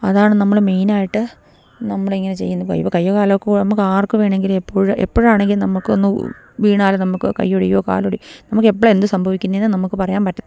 അതാണ് നമ്മള് മെയിനായിട്ട് നമ്മളിങ്ങനെ ചെയ്യുന്നത് ഇപ്പോള് കയ്യോ കാലോ നമുക്ക് ആർക്ക് വേണമെങ്കിലും എപ്പോഴാണെങ്കിലും നമുക്കൊന്ന് വീണാലും നമുക്ക് കയ്യൊടിയുകയോ കാലൊടിയുകയോ നമുക്കെപ്പോഴെന്ത് സംഭവിക്കുമെന്ന് നമുക്ക് പറയാൻ പറ്റില്ല